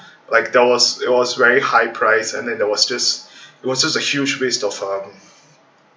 like there was it was very high price and then there was this it was just a huge waste of uh